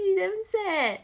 she damn sad